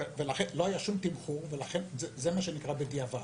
לא היה שום תמחור, וזה מה שנקרא "בדיעבד".